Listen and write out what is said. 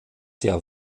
der